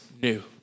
new